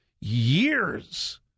years